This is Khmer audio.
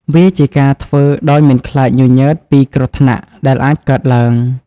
វាជាការធ្វើ ដោយមិនខ្លាចញញើតពីគ្រោះថ្នាក់ដែលអាចកើតឡើង។